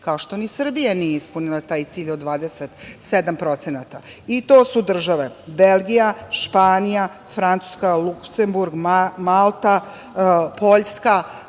kao što ni Srbija nije ispunila taj cilj od 27% i to su države: Belgija, Španija, Francuska, Luksemburg, Malta, Poljska